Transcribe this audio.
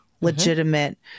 legitimate